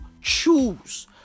choose